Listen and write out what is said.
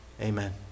Amen